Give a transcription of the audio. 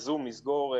הוא פשוט נהיה סמל שלו.